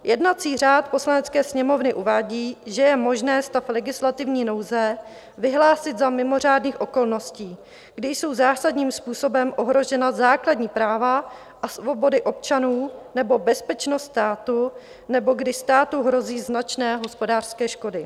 Jednací řád Poslanecké sněmovny uvádí, že je možné stav legislativní nouze vyhlásit za mimořádných okolností, kdy jsou zásadním způsobem ohrožena základní práva a svobody občanů nebo bezpečnost státu nebo když státu hrozí značné hospodářské škody.